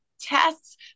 tests